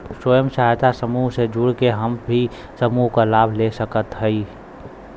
स्वयं सहायता समूह से जुड़ के हम भी समूह क लाभ ले सकत हई?